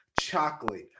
chocolate